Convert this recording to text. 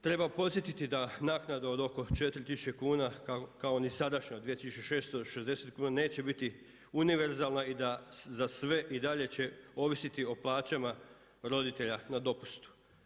Treba podsjetiti da naknada od oko 4000 kuna, kao ni sadašnjih 2660 kuna neće biti univerzalna i da za sve i dalje će ovisiti o plaćama roditelja na dopustu.